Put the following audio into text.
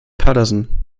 patterson